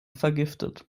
vergiftet